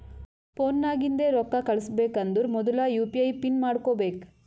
phone ನಾಗಿಂದೆ ರೊಕ್ಕಾ ಕಳುಸ್ಬೇಕ್ ಅಂದರ್ ಮೊದುಲ ಯು ಪಿ ಐ ಪಿನ್ ಮಾಡ್ಕೋಬೇಕ್